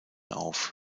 auf